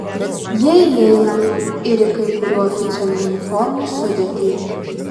jie įeina ir į kai kurių oficialių uniformų sudėtį